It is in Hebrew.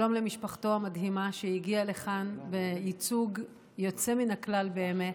שלום למשפחתו המדהימה שהגיעה לכאן בייצוג יוצא מן הכלל באמת.